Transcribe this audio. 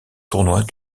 tournois